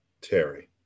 Terry